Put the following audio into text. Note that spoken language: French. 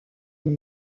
une